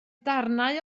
darnau